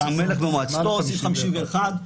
סעיף 51,